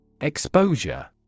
Exposure